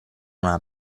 una